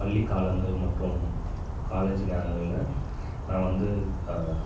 பள்ளி காலங்கள் மற்றும் காலேஜு நேரங்களில் நான் வந்து